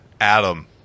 Adam